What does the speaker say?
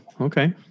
okay